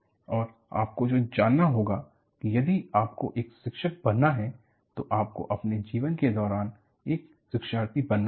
और आपको जो जानना होगा कि यदि आपको एक शिक्षक बनना है तो आपको अपने जीवन के दौरान एक शिक्षार्थी बनना होगा